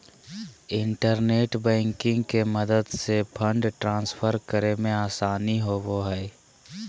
internet banking के मदद से फंड ट्रांसफर करे मे आसानी होवो हय